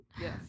yes